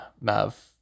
Mav